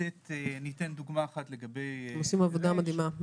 אתם עושים עבודה מדהימה.